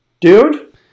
dude